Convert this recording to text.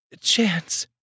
Chance